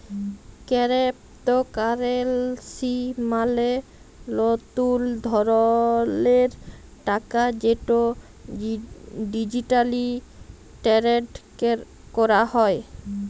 কেরেপ্তকারেলসি মালে লতুল ধরলের টাকা যেট ডিজিটালি টেরেড ক্যরা হ্যয়